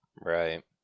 Right